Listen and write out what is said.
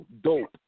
dope